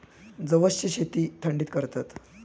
जवसची शेती थंडीत करतत